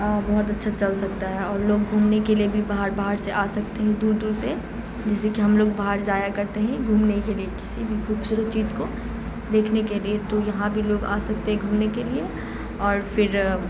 بہت اچھا چل سکتا ہے اور لوگ گھومنے کے لیے بھی باہر باہر سے آ سکتے ہیں دور دور سے جیسے کہ ہم لوگ باہر جایا کرتے ہیں گھومنے کے لیے کسی بھی خوبشورت چیز کو دیکھنے کے لیے تو یہاں بھی لوگ آ سکتے ہیں گھومنے کے لیے اور پھر